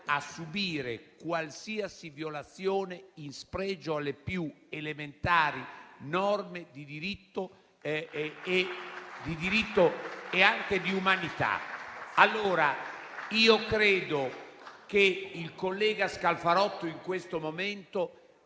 a subire qualsiasi violazione in spregio alle più elementari norme di diritto e di umanità. Credo che il collega Scalfarotto in questo momento